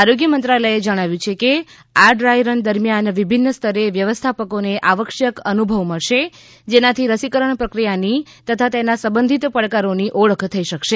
આરોગ્ય મંત્રાલયે કહ્યું છે કે આ ડ્રાય રન દરમિયાન વિભિન્ન સ્તરે વ્યવસ્થાપકોને આવશ્યક અનુભવ મળશે જેનાથી રસીકરણ પ્રક્રિયાની તથા તેના સંબંધિત પડકારોની ઓખળ થઇ શકશે